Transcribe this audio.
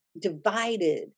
divided